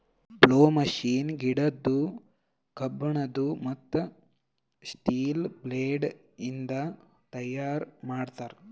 plough machine ಗಿಡದ್ದು, ಕಬ್ಬಿಣದು, ಮತ್ತ್ ಸ್ಟೀಲ ಬ್ಲೇಡ್ ಇಂದ ತೈಯಾರ್ ಮಾಡ್ತರ್